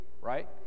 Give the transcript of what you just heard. Right